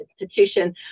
institution